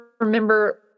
remember